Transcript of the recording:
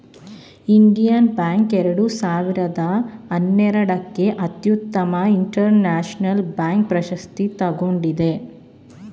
Indian bank ಎರಡು ಸಾವಿರದ ಹನ್ನೆರಡಕ್ಕೆ ಅತ್ಯುತ್ತಮ ಇಂಟರ್ನ್ಯಾಷನಲ್ ಬ್ಯಾಂಕ್ ಪ್ರಶಸ್ತಿ ತಗೊಂಡಿದೆ